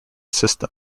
system